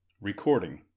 Recording